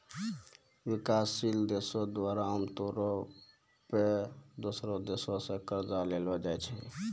विकासशील देशो द्वारा आमतौरो पे दोसरो देशो से कर्जा लेलो जाय छै